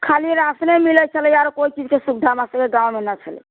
खाली राशने मिलै छलै आरो कोइ चीज के सुविधा हमरासबके गाँवमे न छलै